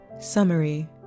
Summary